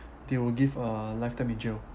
they will give a lifetime in jail